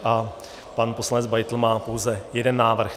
A pan poslanec Beitl má pouze jeden návrh.